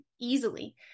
easily